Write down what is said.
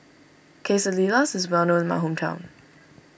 Quesadillas is well known in my hometown